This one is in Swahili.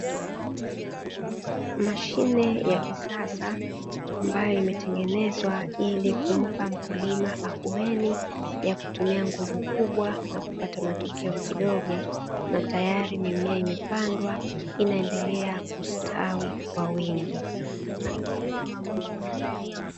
Mashine ya kisasa ambayo imetengenezwa ili kumpa mkulima ahuweni ya kutumia nguvu kubwa na kupata matokeo kidogo, na tayari mimea imepandwa, inaendelea kustawi kwa wingi.